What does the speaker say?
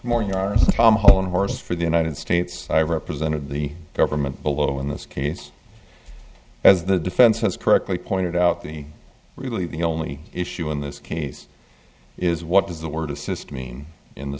than yours tom hold horses for the united states i represented the government below in this case as the defense has correctly pointed out the really the only issue in this case is what does the word assist mean in the